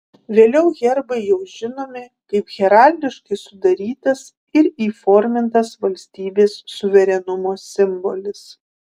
vėliau herbai jau žinomi kaip heraldiškai sudarytas ir įformintas valstybės suverenumo simbolis